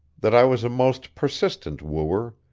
that i was a most persistent wooer,